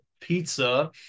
pizza